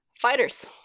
Fighters